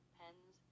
pens